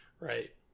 Right